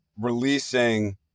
releasing